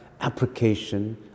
application